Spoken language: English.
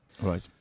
right